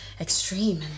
extreme